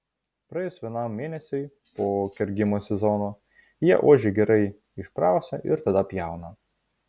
praėjus vienam mėnesiui po kergimo sezono jie ožį gerai išprausia ir tada pjauna